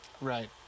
Right